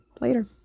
later